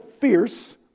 fierce